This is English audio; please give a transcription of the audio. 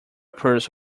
purse